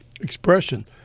expression